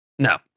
No